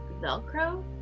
Velcro